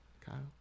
Kyle